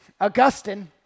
Augustine